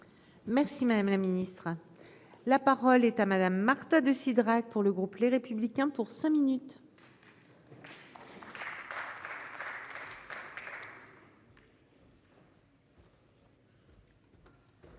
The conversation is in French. Merci madame la ministre. La parole est à madame Marta de Cidrac pour le groupe Les Républicains pour cinq minutes. Madame